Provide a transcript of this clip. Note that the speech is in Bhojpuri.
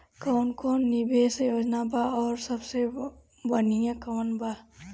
कवन कवन निवेस योजना बा और सबसे बनिहा कवन बा?